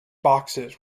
boxes